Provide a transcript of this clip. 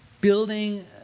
Building